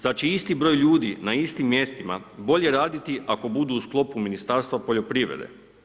Zar će isti broj ljudi, na istim mjestima bolje raditi ako budu u sklopu Ministarstva poljoprivrede?